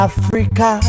Africa